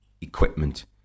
equipment